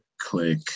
Click